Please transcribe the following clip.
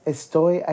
Estoy